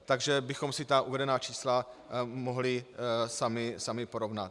Takže bychom si ta uvedená čísla mohli sami porovnat.